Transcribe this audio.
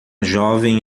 jovem